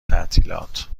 تعطیلات